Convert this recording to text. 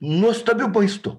nuostabiu maistu